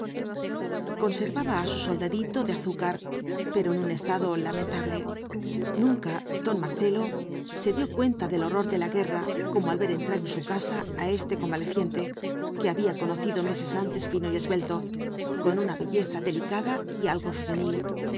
conservaba á su soldadito de azúcar pero en un estado lamentable nunca don marcelo se dio cuenta del horror de la guerra como al ver entrar en su casa á este convaleciente que había conocido meses antes fino y esbelto con una belleza delicada y algo femenil